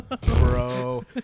Bro